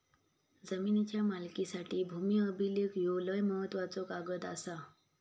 जमिनीच्या मालकीसाठी भूमी अभिलेख ह्यो लय महत्त्वाचो कागद आसा